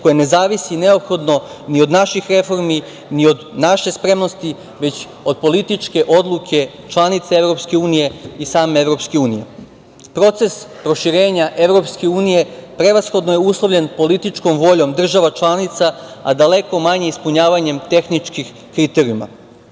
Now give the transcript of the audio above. koja ne zavisi neophodno ni od naših reformi, ni od naše spremnosti, već od političke odluke članica EU i same EU.Proces proširenja EU prevashodno je uslovljen političkom voljom država članica, a daleko manje ispunjavanjem tehničkih kriterijuma.